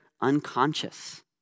unconscious